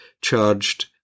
charged